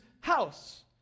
house